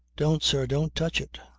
don't, sir! don't touch it.